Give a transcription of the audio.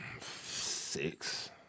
Six